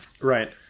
Right